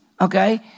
okay